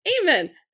amen